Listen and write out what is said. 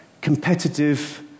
competitive